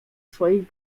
swoich